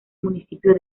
municipio